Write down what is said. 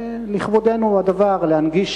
לכבודנו הדבר להנגיש